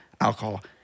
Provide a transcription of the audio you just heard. alcohol